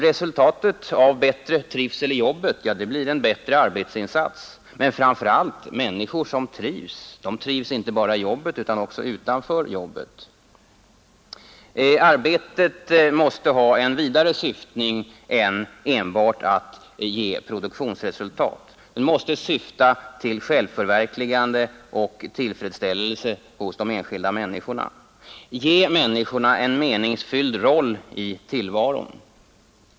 Resultatet av bättre trivsel i jobbet blir en bättre arbetsinsats, men framför allt människor som trivs, inte bara i jobbet utan också utanför jobbet. Arbetet måste ha en vidare syftning än enbart att ge produktionsresultat. Det måste syfta till självförverkligande och tillfredsställelse hos de enskilda människorna, ge människorna en meningsfylld roll i tillvaron.